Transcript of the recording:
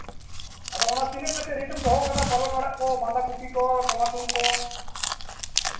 ᱟᱫᱚ ᱚᱱᱟ ᱛᱤᱱᱟᱹᱜ ᱠᱟᱛᱮᱫ ᱨᱮᱹᱴᱮᱢ ᱫᱚᱦᱚᱣᱟᱠᱟᱫᱟ ᱯᱟᱞᱚᱝ ᱟᱲᱟᱜ ᱠᱚ ᱵᱟᱸᱫᱷᱟ ᱠᱚᱯᱤ ᱴᱚᱢᱟᱴᱳᱞ ᱠᱚ